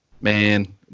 Man